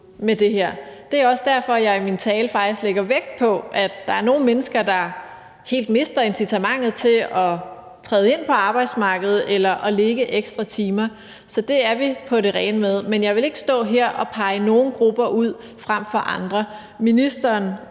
det er også derfor, at jeg i min tale faktisk lægger vægt på, at der er nogle mennesker, der helt mister incitamentet til at træde ind på arbejdsmarkedet eller lægge ekstra timer. Så det er vi på det rene med. Men jeg vil ikke stå her og pege nogle grupper ud frem for andre.